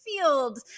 field